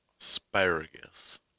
Asparagus